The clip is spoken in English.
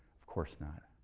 of course not.